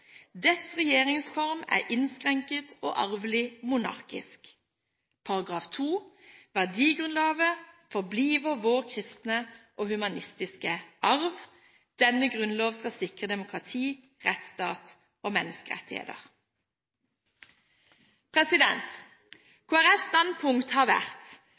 Dets Regjeringsform er indskrænket og arvelig monarkisk.» Og § 2: «Værdigrundlaget forbliver vor kristne og humanistiske Arv. Denne Grundlov skal sikre Demokratiet, Retsstaten og Menneskerettighederne.» Kristelig Folkepartis standpunkt har vært